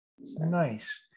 nice